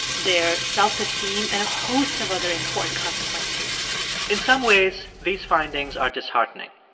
their self-esteem and a host of other important consequences in some ways, these findings are disheartening.